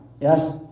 Yes